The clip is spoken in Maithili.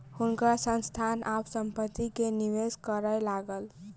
हुनकर संस्थान आब संपत्ति में निवेश करय लागल